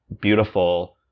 beautiful